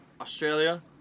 australia